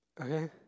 Okay